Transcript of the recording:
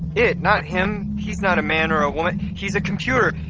it! not him, he's not a man or a woman he's a computer.